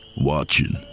watching